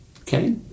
Okay